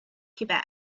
quebec